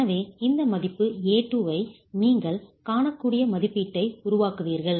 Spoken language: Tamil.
எனவே இந்த மதிப்பு a2 ஐ நீங்கள் காணக்கூடிய மதிப்பீட்டை உருவாக்குவீர்கள்